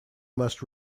must